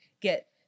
Get